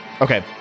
Okay